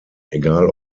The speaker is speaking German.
egal